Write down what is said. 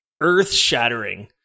earth-shattering